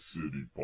city